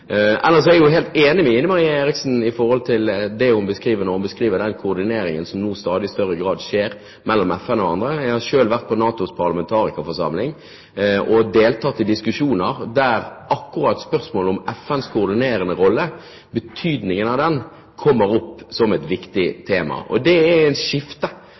er jeg helt enig med Ine Marie Eriksen Søreide når hun beskriver den koordineringen som nå i stadig større grad skjer mellom FN og andre. Jeg har selv vært på NATOs parlamentarikerforsamling og deltatt i diskusjoner der akkurat spørsmålet om FNs koordinerende rolle, betydningen av den, kommer opp som et viktig tema. Jeg opplever at det er et skifte